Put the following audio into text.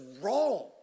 wrong